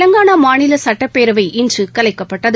தெலங்கானா மாநில சட்டப்பேரவை இன்று கலைக்கப்பட்டது